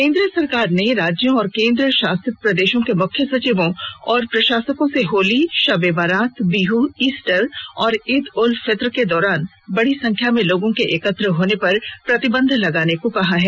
केन्द्र सरकार ने राज्यों और केन्द्र शासित प्रदेशों के मुख्य सचिवों और प्रशासकों से होली शब ए बारात बिह ईस्टर और ईद उल फित्र के दौरान बड़ी संख्या में लोगों के एकत्र होने पर प्रतिबंध लगाने को कहा है